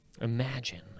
imagine